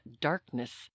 darkness